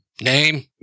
Name